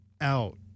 out